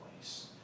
place